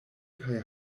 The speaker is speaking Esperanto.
kaj